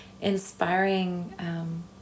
inspiring